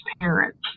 parents